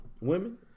women